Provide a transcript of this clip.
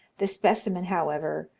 the specimen, however,